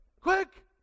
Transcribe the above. Quick